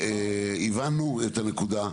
הבנו את הנקודה,